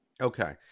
Okay